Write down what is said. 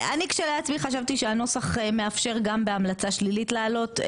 אני כשלעצמי חשבתי שהנוסח מאפשר גם בהמלצה שלילית לעלות,